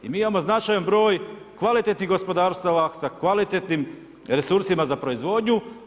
I mi imamo značajan broj kvalitetnih gospodarstava sa kvalitetnim resursima za proizvodnju.